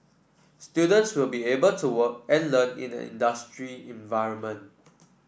students will be able to work and learn in an industry environment